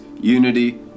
unity